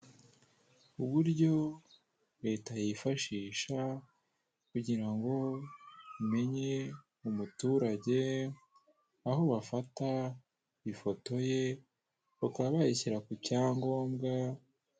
Uburyo Leta yifashisha kugira ngo bamenye umuturage, aho bafata ifoto ye bakaba bayishyira ku cyangombwa